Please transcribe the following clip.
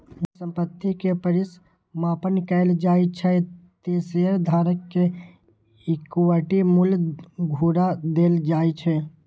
जब संपत्ति के परिसमापन कैल जाइ छै, ते शेयरधारक कें इक्विटी मूल्य घुरा देल जाइ छै